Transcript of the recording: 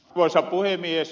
arvoisa puhemies